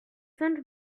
cinq